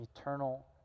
eternal